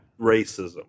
Racism